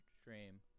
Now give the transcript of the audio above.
stream